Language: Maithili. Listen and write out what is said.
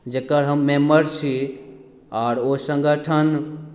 जकर हम मेम्बर छी आओर ओ संगठन